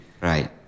Right